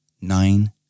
nine